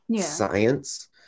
science